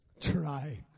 Try